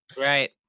Right